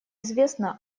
известно